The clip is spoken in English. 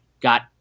got